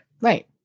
right